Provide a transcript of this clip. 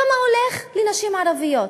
כמה הולך לנשים ערביות?